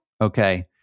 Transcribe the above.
Okay